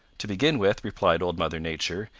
to begin with, replied old mother nature,